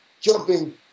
jumping